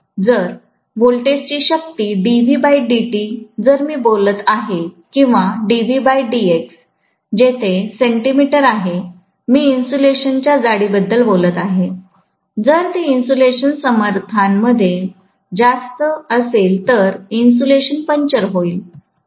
जर व्होल्टेजची शक्ती जर मी बोलत आहे किंवा जेथे सेंटीमीटर आहे मी इन्सुलेशनच्या जाडी बद्दल बोलत आहे जर ते इन्सुलेशन सामर्थ्यापेक्षा जास्त असेल तर इन्सुलेशन पंचर होईल